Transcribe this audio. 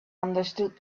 understood